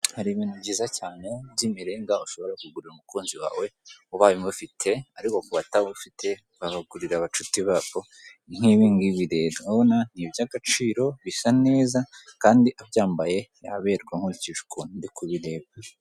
Hari ibintu byiza cyane by'imiringa ushobora kugurira umukunzi wawe ubaye umufite ariko ku batabafite babagurira abacuti babo, nk'ibi ngibi rero urabona ni iby'agaciro bisa neza kandi abyambaye yaberwa nkurikije ukuntu ndi kubireba.